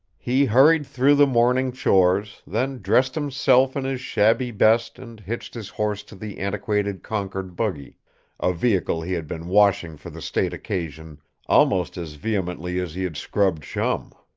he hurried through the morning chores, then dressed himself in his shabby best and hitched his horse to the antiquated concord buggy a vehicle he had been washing for the state occasion almost as vehemently as he had scrubbed chum.